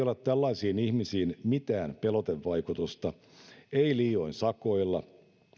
ole tällaisiin ihmisiin mitään pelotevaikutusta ei liioin sakoilla